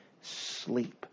sleep